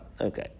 Okay